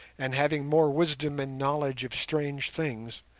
and having more wisdom and knowledge of strange things,